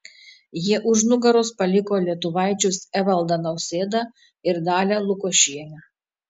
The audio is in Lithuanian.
jie už nugaros paliko lietuvaičius evaldą nausėdą ir dalią lukošienę